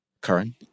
Current